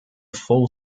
full